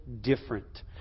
different